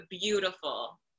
beautiful